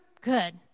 good